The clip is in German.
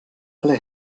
alle